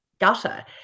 gutter